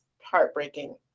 heartbreaking